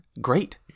great